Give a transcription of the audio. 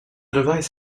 device